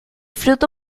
fruto